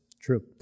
True